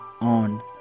on